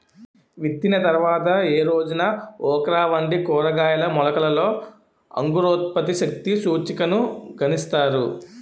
విత్తిన తర్వాత ఏ రోజున ఓక్రా వంటి కూరగాయల మొలకలలో అంకురోత్పత్తి శక్తి సూచికను గణిస్తారు?